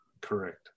Correct